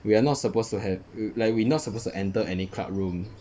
we are not supposed to have like we not supposed to enter any club room